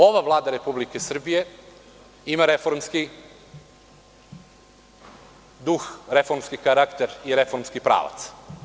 Ova Vlada Republike Srbije ima reformski duh, reformski karakter i reformski pravac.